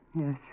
Yes